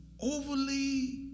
overly